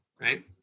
right